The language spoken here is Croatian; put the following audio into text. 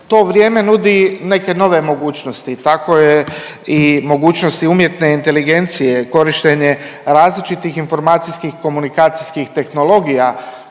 to vrijeme nudi neke nove mogućnosti, tako je i mogućnosti umjetne inteligencije, korištenje različitih informacijskih komunikacijskih tehnologija,